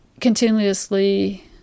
continuously